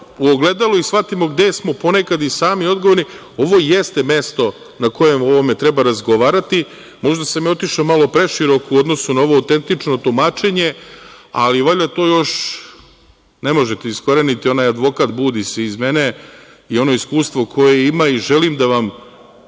u ogledalo i da shvatimo gde smo ponekad i sami odgovorni, ovo jeste mesto na kojem o ovome treba razgovarati. Možda sam ja otišao malo preširoko u odnosu na ovo autentično tumačenje, ali valjda to još ne možete iskoreniti, onaj advokat budi se iz mene i ono iskustvo koje imam i želim da vam